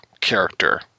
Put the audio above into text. character